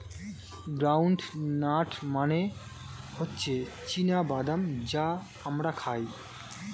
ground nut মানে হচ্ছে চীনা বাদাম যা আমরা খাই